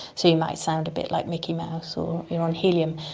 so you might sound a bit like mickey mouse or you are on helium.